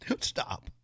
Stop